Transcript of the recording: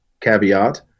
caveat